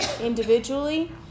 individually